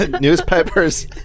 newspapers